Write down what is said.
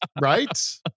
Right